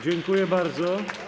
Dziękuję bardzo.